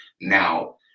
Now